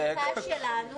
זה הקו שלנו,